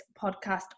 podcast